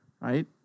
right